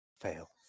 Fail